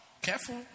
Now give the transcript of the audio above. Careful